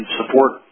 support